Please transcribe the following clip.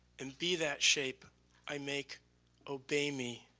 and be that shape i make obey me.